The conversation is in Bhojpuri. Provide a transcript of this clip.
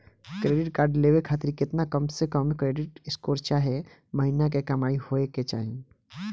क्रेडिट कार्ड लेवे खातिर केतना कम से कम क्रेडिट स्कोर चाहे महीना के कमाई होए के चाही?